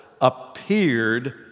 appeared